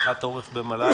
רח"ט עורף במל"ל,